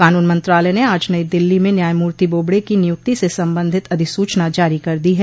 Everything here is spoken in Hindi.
कानून मंत्रालय ने आज नई दिल्ली में न्यायमूर्ति बोबड़े की नियुक्ति से संबंधित अधिसूचना जारी कर दी है